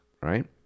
right